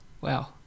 Wow